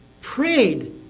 prayed